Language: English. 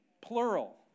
plural